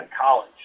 college